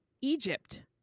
Egypt